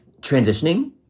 transitioning